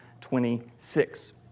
26